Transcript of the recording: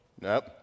Nope